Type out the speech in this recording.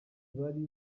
bari